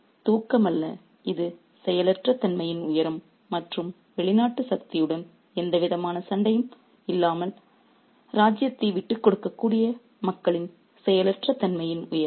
எனவே இது தூக்கம் அல்ல இது செயலற்ற தன்மையின் உயரம் மற்றும் வெளிநாட்டு சக்தியுடன் எந்தவிதமான சண்டையும் இல்லாமல் ராஜ்யத்தை விட்டுக்கொடுக்கக்கூடிய மக்களின் செயலற்ற தன்மையின் உயரம்